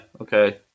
okay